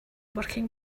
working